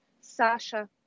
Sasha